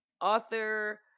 author